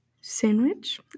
sandwich